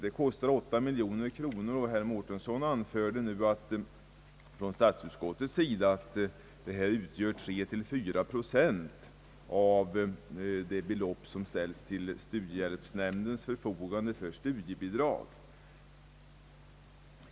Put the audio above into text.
Det kostar 8 miljoner kronor, och herr Mårtensson anförde från = statsutskottets sida nyss att beloppet utgör 3 å 4 procent av de medel som ställts till studiehjälpsnämndens förfogande för studiebidrag.